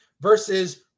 versus